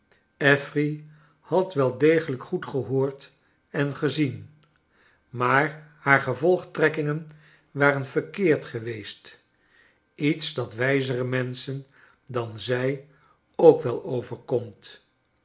affery had wel degelijk goed gehoord en gezien maar haar gevolgtrekkingen waren verkeerd geweest iets dat wijzere menschen dan zij ook wel overkomt